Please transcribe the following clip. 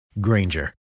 Granger